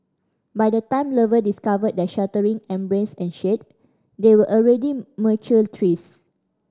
by the time lover discovered their sheltering embrace and shade they were already mature trees